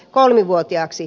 kolmivuotiaaksi